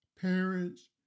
parents